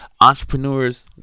entrepreneurs